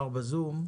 זה.